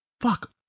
fuck